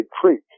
creek